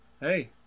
Hey